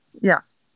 yes